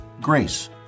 grace